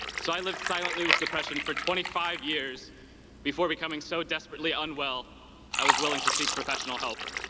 so i lived silently with depression for twenty five years before becoming so desperately unwell i was willing to seek professional help.